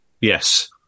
yes